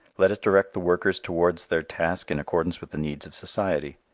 let it direct the workers towards their task in accordance with the needs of society.